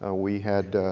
ah we had